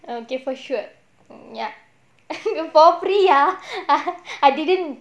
okay for sure ya for free ah ah I didn't